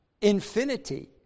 infinity